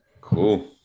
cool